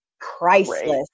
priceless